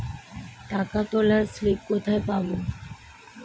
টাকা তোলার স্লিপ কোথায় পাব?